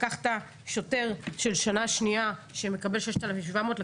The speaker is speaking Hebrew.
לקחת שוטר של שנה שנייה שמקבל 6,700 שקל,